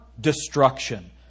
destruction